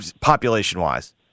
population-wise